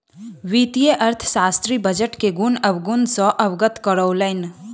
वित्तीय अर्थशास्त्री बजट के गुण अवगुण सॅ अवगत करौलैन